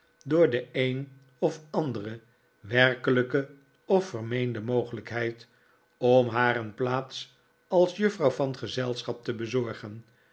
door de een of andere werkelijke of vermeende mogelijkheid om haar een plaats als juffrouw van gezelschap te bezorgen